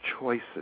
choices